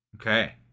Okay